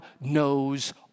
knows